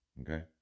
Okay